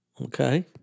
okay